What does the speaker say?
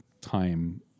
time